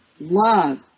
love